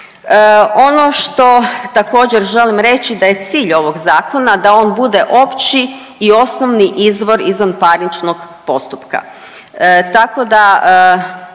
Ono što također želim reći da je cilj ovog zakona da on bude opći i osnovni izvor izvanparničnog postupka,